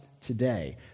today